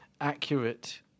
accurate